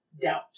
Doubt